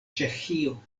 ĉeĥio